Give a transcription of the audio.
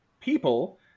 people